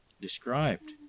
described